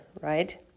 right